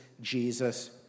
Jesus